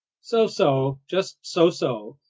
so-so, just so-so!